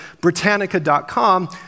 Britannica.com